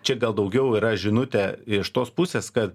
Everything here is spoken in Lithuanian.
čia gal daugiau yra žinutė iš tos pusės kad